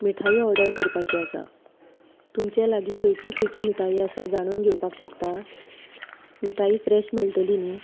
मिठायी order करपाची आसा तुमचे लागीं खंयची खंयची मिठायी आसा जाणून घेवपाक शकता मिठायी फ्रॅश मेळटली न्ही